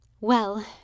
Well